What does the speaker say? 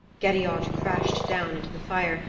gerriod crashed down into the fire,